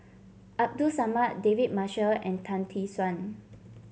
Abdul Samad David Marshall and Tan Tee Suan